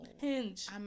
hinge